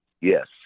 Yes